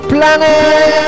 Planet